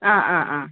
ആ ആ ആ